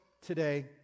today